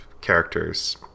characters